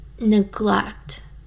neglect